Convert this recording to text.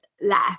left